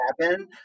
happen